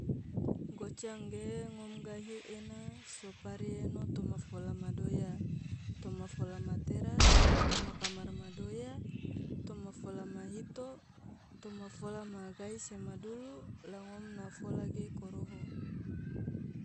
goca angge ngom gahi ena so pari eno toma fola madoya, toma fola ma teras, toma kamar madoya, toma fola ma hito, toma fola ma gai se ma dulu, la ngom na fola ge koroho.